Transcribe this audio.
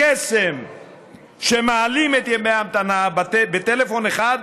קסם שמעלים את ימי ההמתנה בטלפון אחד,